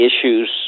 issues